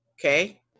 Okay